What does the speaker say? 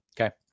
Okay